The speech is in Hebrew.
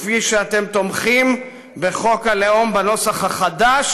כפי שאתם תומכים בחוק הלאום בנוסח החדש,